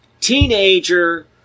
teenager